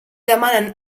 demanen